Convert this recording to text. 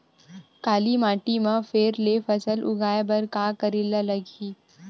काली माटी म फेर ले फसल उगाए बर का करेला लगही?